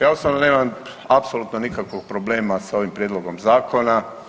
Ja osobno nemam apsolutno nikakvog problema s ovim Prijedlogom zakona.